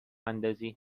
اندازی